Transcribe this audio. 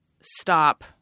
stop